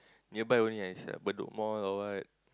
nearby only ah it's like bedok Mall or what